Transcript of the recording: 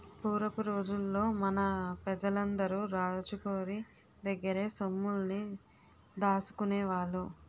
పూరపు రోజుల్లో మన పెజలందరూ రాజు గోరి దగ్గర్నే సొమ్ముల్ని దాసుకునేవాళ్ళు